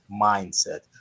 mindset